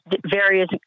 various